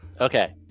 Okay